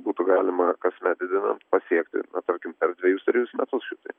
būtų galima kasmet didinant pasiekti na tarkim per dvejus trejus metus šitai